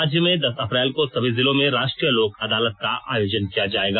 राज्य में दस अप्रैल को सभी जिलों में राष्ट्रीय लोक अदालत का आयोजन किया जाएगा